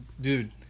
dude